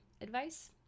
advice